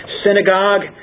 synagogue